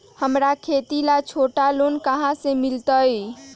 हमरा खेती ला छोटा लोने कहाँ से मिलतै?